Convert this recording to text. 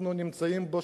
אנחנו נמצאים בו,